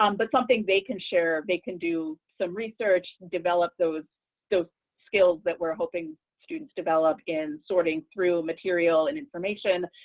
um but something they can share. they can do some research, develop those those skills that we're hoping students develop in sorting through material and information,